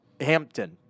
Hampton